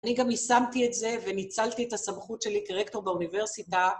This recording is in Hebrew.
אני גם ישמתי את זה וניצלתי את הסמכות שלי כרקטור באוניברסיטה.